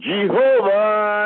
Jehovah